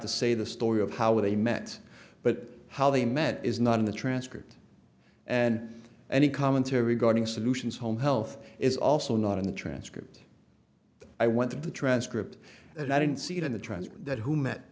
to say the story of how they met but how they met is not in the transcript and any commentary regarding solutions home health is also not in the transcript i went to the transcript and i didn't see it in the transfer that who met